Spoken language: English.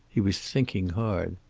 he was thinking hard.